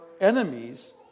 enemies